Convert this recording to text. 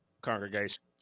congregation